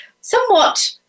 somewhat